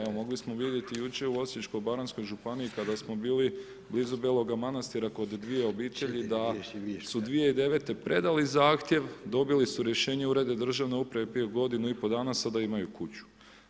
Evo, mogli smo vidjeti jučer u Osječko-baranjskoj županiji kada smo bili blizu Belog Manastira kod 2 obitelji da su 2009. predali zahtjev, dobili su rješenje ureda državne uprave prije godinu i pol dana, sada imaju kuću.